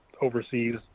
overseas